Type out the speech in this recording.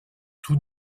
tous